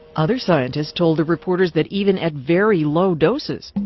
other scientists told the reporters that even at very low doses,